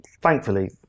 Thankfully